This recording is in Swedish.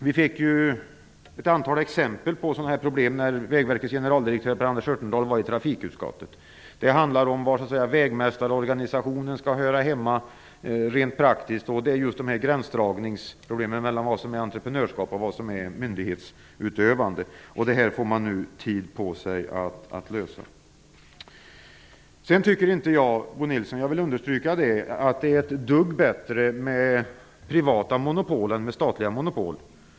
Vi fick ett antal exempel på sådana problem, när Vägverkets generaldirektör Per Anders Örtendahl besökte trafikutskottet. Det handlade om var vägmästarorganisationen skall höra hemma rent praktiskt och om gränsdragningsproblemen när det gäller vad som är entreprenörskap respektive myndighetsutövande. Detta får man nu tid på sig att lösa. Jag vill understryka för Bo Nilsson att det inte är ett dugg bättre med privata monopol än med statliga monopol.